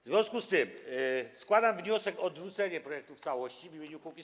W związku z tym składam wniosek o odrzucenie projektu w całości w imieniu Kukiz’15.